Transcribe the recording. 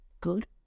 good